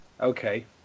Okay